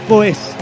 Voice